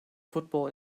football